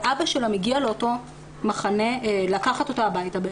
אבא שלה מגיע למחנה לקחת אותה הביתה.